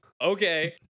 okay